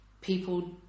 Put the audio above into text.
People